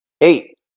Eight